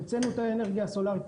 המצאנו את האנרגיה הסולרית,